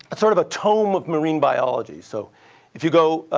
but sort of a tome of marine biology. so if you go